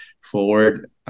forward